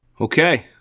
Okay